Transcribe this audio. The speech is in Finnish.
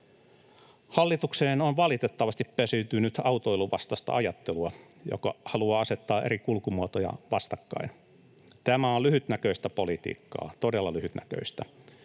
Hallitukseen on valitettavasti pesiytynyt autoiluvastaista ajattelua, joka haluaa asettaa eri kulkumuotoja vastakkain. Tämä on lyhytnäköistä politiikkaa, todella lyhytnäköistä.